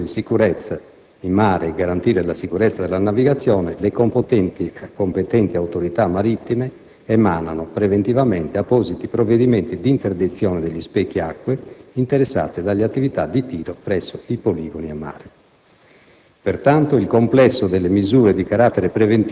Inoltre, al fine di adottare le necessarie misure di sicurezza in mare e di garantire la sicurezza della navigazione, le competenti autorità marittime emanano preventivamente appositi provvedimenti di interdizione degli specchi acque interessati dalle attività di tiro presso i poligoni a mare.